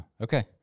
Okay